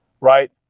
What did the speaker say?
right